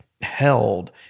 held